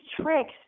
tricks